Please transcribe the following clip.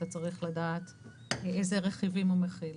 אתה צריך לדעת איזה רכיבים הוא מכיל,